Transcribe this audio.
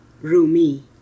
Rumi